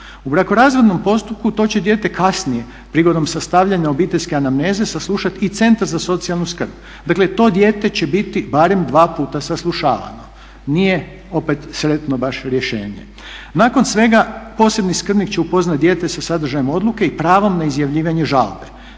U brakorazvodnom postupku to će dijete kasnije, prigodom sastavljanja obiteljske anamneze saslušat i centar za socijalnu skrb. Dakle to dijete će biti barem dva puta saslušavano. Nije opet sretno baš rješenje. Nakon svega posebni skrbnik će upoznat dijete sa sadržajem odluke i pravom na izjavljivanje žalbe.